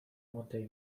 منتهی